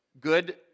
Good